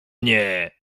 mnie